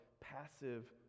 passive